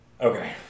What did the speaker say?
Okay